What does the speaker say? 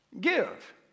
Give